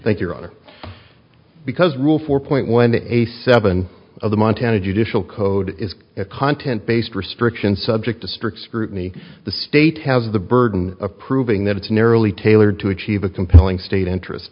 think your honor because rule four point when a seven of the montana judicial code is content based restrictions subject to strict scrutiny the state has the burden of proving that it's narrowly tailored to achieve a compelling state interest